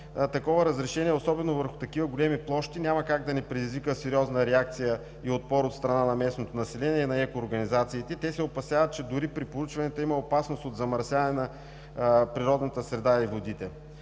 такова разрешение, особено върху такива големи площи, няма как да не предизвика сериозна реакция и отпор от страна на местното население и на екоорганизациите – те се опасяват, че дори при проучването има опасност от замърсяване на природната среда и водите.